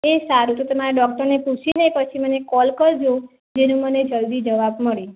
એ સારું તો તમારા ડૉક્ટરને પૂછીને પછી મને કૉલ કરજો જેથી મને જલ્દી જવાબ મળે